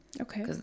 Okay